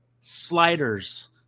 sliders